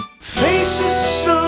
faces